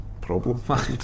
problem